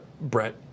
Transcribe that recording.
Brett